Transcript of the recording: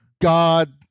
god